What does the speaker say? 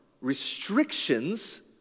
restrictions